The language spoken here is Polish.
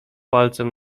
palcem